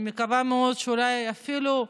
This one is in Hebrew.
אני מקווה מאוד שאולי אפילו,